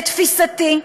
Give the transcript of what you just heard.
לתפיסתי,